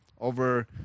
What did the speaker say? over